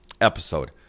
episode